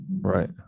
Right